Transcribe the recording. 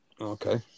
Okay